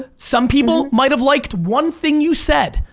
ah some people might have liked one thing you said.